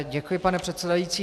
Děkuji, pane předsedající.